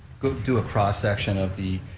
do a cross-section of the,